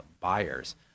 buyers